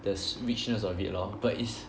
the richness of it lor but it's